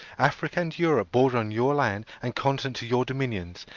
afric and europe bordering on your land, and continent to your dominions,